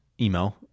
email